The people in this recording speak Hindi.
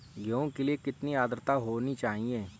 गेहूँ के लिए कितनी आद्रता होनी चाहिए?